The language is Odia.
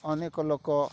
ଅନେକ ଲୋକ